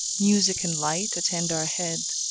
music and light attend our head.